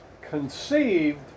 conceived